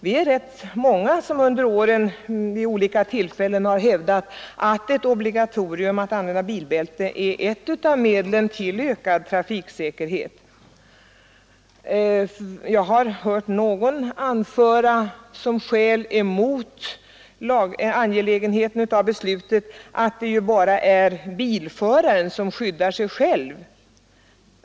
Vi är rätt många som under åren vid olika tillfällen har hävdat att ett obligatoriskt användande av bilbälte är ett av medlen till ökad trafiksäkerhet. Jag har hört någon anföra som skäl mot angelägenheten av ett sådant beslut, att det ju bara är bilföraren som skyddar sig själv.